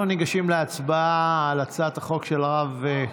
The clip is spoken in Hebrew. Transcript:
אנחנו ניגשים להצבעה על הצעת החוק של הרב,